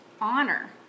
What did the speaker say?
honor